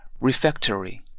refectory